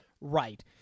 Right